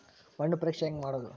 ಮಣ್ಣು ಪರೇಕ್ಷೆ ಹೆಂಗ್ ಮಾಡೋದು?